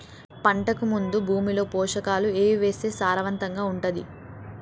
పంటకు ముందు భూమిలో పోషకాలు ఏవి వేస్తే సారవంతంగా ఉంటది?